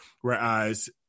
Whereas